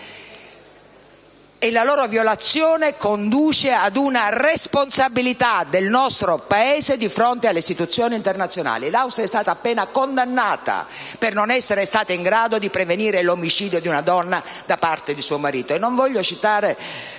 e la loro violazione conduce ad una responsabilità del nostro Paese di fronte alle istituzioni internazionali. L'Austria è stata appena condannata per non essere stata in grado di prevenire l'omicidio di una donna da parte di suo marito,